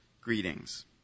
greetings